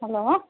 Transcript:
hello